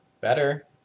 better